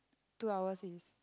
two hours is